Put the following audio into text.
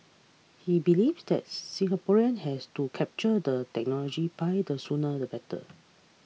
he believes that the Singapore has to capture the technology pie the sooner the better